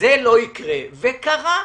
שזה לא יקרה וזה קרה.